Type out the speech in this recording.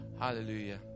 Hallelujah